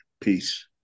Peace